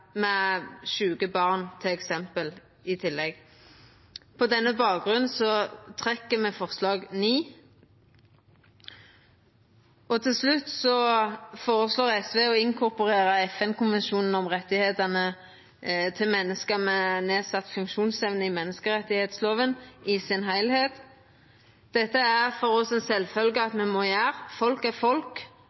med sjuke barn, f.eks., i tillegg. På denne bakgrunn trekkjer me forslag nr. 9. Til slutt føreslår SV å inkorporera FN-konvensjonen om rettane til menneske med nedsett funksjonsevne i menneskerettslova i sin heilskap. Dette er det for oss ei sjølvfølge at me må gjera. Folk er folk.